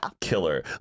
killer